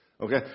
Okay